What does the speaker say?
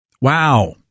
Wow